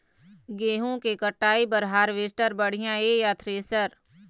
गेहूं के कटाई बर हारवेस्टर बढ़िया ये या थ्रेसर?